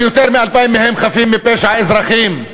שיותר מ-2,000 מהם חפים מפשע, אזרחים.